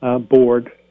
board